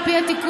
על פי התיקון,